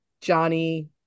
Johnny